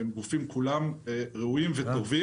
הם כולם גופים ראויים וטובים,